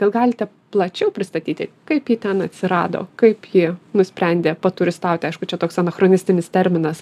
gal galite plačiau pristatyti kaip ji ten atsirado kaip ji nusprendė paturistauti aišku čia toks anachronistinis terminas